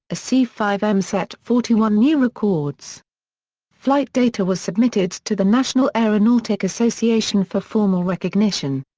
a c five m set forty one new records flight data was submitted to the national aeronautic association for formal recognition.